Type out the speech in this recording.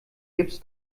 gips